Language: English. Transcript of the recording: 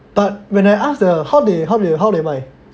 but when I ask the how they how they 卖